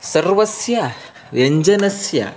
सर्वस्य व्यञ्जनस्य